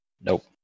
Nope